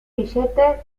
billete